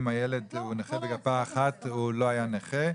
אם הילד הוא נכה בגפה אחת, הוא לא היה נכה.